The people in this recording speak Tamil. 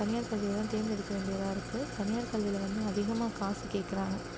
தனியார் கல்வியை தான் தேர்ந்தெடுக்க வேண்டியதாக இருக்குது தனியார் கல்வியில் வந்து அதிகமாக காசு கேட்குறாங்க